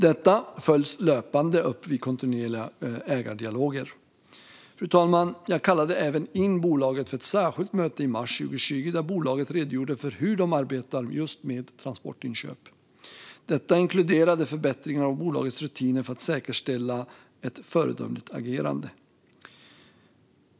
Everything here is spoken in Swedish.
Detta följs löpande upp vid kontinuerliga ägardialoger. Fru talman! Jag kallade även in bolaget för ett särskilt möte i mars 2020 där bolaget redogjorde för hur de arbetar just med transportinköp. Detta inkluderade förbättringar av bolagets rutiner för att säkerställa ett föredömligt agerande.